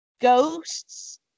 Ghosts